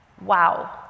Wow